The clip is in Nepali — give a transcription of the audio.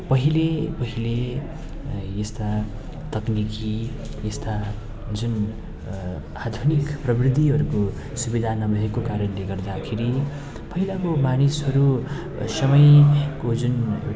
पहिले पहिले यस्ता तक्निकी यस्ता जुन आधुनिक प्रविधिहरूको सुविधा नभएको कारणले गर्दाखेरि पहिलाको मानिसहरू समयको जुन एउटा